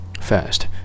First